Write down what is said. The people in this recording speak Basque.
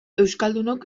euskaldunok